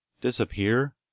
Disappear